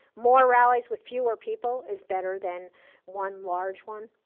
more rallies with fewer people is better than one large one.